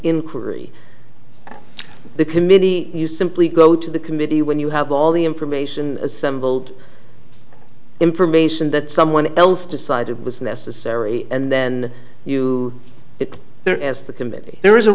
inquiry the committee you simply go to the committee when you have all the information assembled information that someone else decided was necessary and then you get there